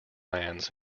lands